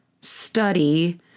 study